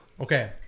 Okay